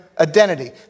identity